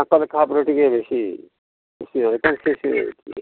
ତାଙ୍କ ଲେଖା ଉପରେ ଟିକିଏ ବେଶି ବେଶି